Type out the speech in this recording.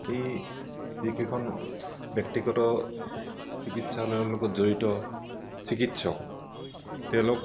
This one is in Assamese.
এই যিকেইখন ব্যক্তিগত চিকিৎসালয়ৰ লগত জড়িত চিকিৎসক তেওঁলোক